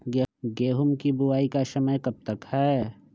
गेंहू की बुवाई का समय कब तक है?